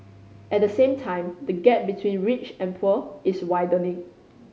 at the same time the gap between rich and poor is widening